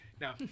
Now